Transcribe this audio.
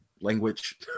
language